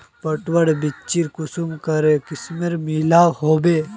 पटवार बिच्ची कुंसम करे किस्मेर मिलोहो होबे?